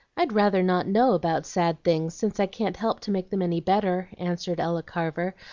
i'd rather not know about sad things, since i can't help to make them any better, answered ella carver,